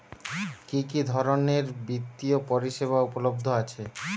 কি কি ধরনের বৃত্তিয় পরিসেবা উপলব্ধ আছে?